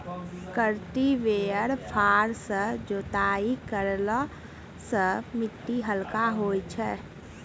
cultivator फार सँ जोताई करला सें मिट्टी हल्का होय जाय छै